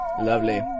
lovely